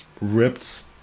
ripped